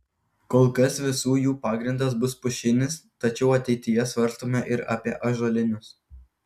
kol kas visų jų pagrindas bus pušinis tačiau ateityje svarstome ir apie ąžuolinius